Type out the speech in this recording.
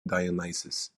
dionysus